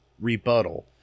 rebuttal